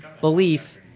belief